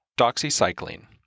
doxycycline